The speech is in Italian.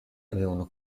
avevano